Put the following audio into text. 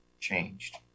changed